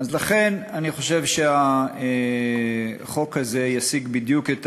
לכן אני חושב שהחוק הזה ישיג בדיוק את